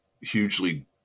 hugely